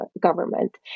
government